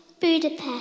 Budapest